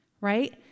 right